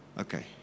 Okay